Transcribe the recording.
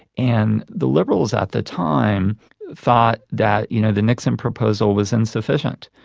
and the liberals at the time thought that you know the nixon proposal was insufficient,